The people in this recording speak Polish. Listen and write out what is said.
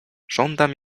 żądam